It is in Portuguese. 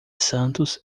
santos